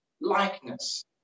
likeness